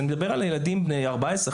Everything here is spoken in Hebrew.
אני מדבר על ילדים בני 14,